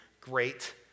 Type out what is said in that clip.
great